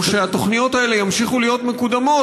או שהתוכניות האלה ימשיכו להיות מקודמות